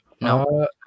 No